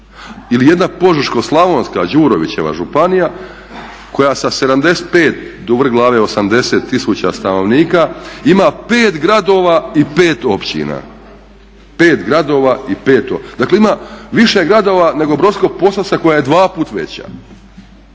ili jedna Požeško-slavonska Đurovićeva županija koja sa 75 u vrh glave do 80 tisuća stanovnika ima pet gradova i pet općina, dakle ima više gradova nego Brodsko-posavska koja je dva puta veća.